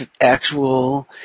actual